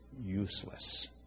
useless